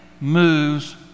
moves